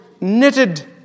knitted